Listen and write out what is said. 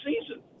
season